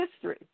history